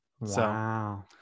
Wow